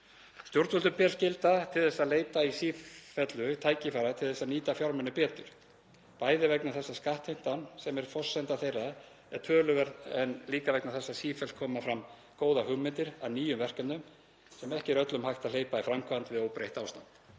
Stjórnvöldum ber skylda til að leita í sífellu tækifæra til þess að nýta fjármuni betur, bæði vegna þess að skattheimtan, sem er forsenda þeirra, er töluverð en líka vegna þess að sífellt koma fram góðar hugmyndir að nýjum verkefnum sem ekki er öllum hægt að hleypa í framkvæmd við óbreytt ástand.